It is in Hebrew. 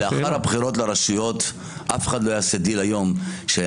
לאחר הבחירות לרשויות אף אחד לא יעשה דיל שאני